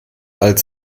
alt